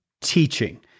teaching